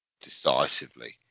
decisively